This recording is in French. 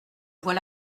vois